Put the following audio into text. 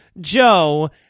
Joe